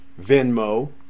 Venmo